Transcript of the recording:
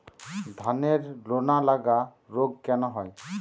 ধানের লোনা লাগা রোগ কেন হয়?